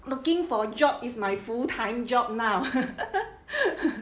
looking for a job is my full time job now